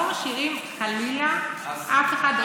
לא משאירים, חלילה, אף אחד.